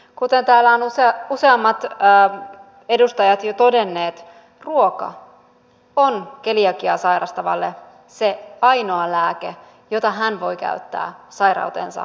kuten täällä ovat useammat edustajat jo todenneet ruoka on keliakiaa sairastavalle se ainoa lääke jota hän voi käyttää sairautensa hoitoon